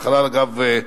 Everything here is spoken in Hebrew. אגב,